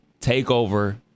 TakeOver